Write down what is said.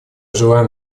желаем